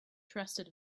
trusted